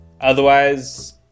Otherwise